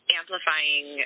amplifying